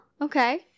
okay